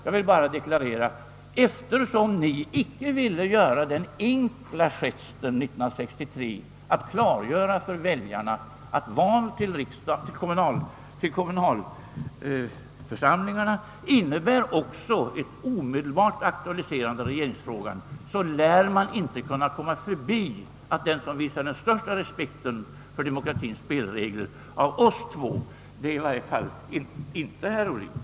Jag vill emellertid deklarera, att eftersom man år 1963 inte ville göra den enkla gesten, att man klargjorde för väljarna att kommunalvalen innebär ett aktualiserande av regeringsfrågan, så lär man inte komma förbi, att den av oss två som här visar den största respekten för demokratiens spelregler är i varje fall inte herr Ohlin.